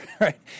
right